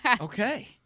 Okay